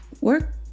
work